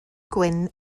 gwyn